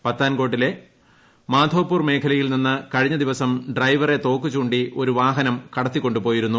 പത്താൻകോട്ടിലെ മാധോപൂർ മേഖലയിൽ നിന്ന് കഴിഞ്ഞ ദിവസം ഡ്രൈവറെ തോക്കുചൂണ്ടി ഒരു വാഹനം കടത്തിക്കൊണ്ട് പോയിരുന്നു